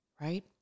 right